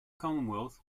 commonwealth